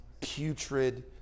putrid